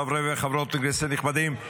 חברי וחברות הכנסת הנכבדים,